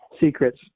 secrets